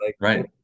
Right